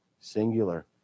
Singular